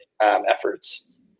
efforts